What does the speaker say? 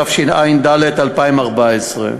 התשע"ד 2014,